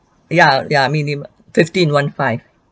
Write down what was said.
ya ya minimum fifteen one five